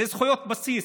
אלה זכויות בסיס,